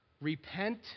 Repent